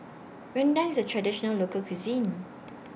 Rendang IS A Traditional Local Cuisine